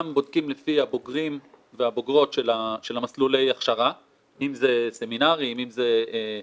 בין אם זה בסמינר ובין אם זה לימודים אקדמיים,